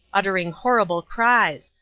uttering horrible cries,